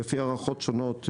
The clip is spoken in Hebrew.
ולפי הערכות שונות,